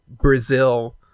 Brazil